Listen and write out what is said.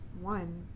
one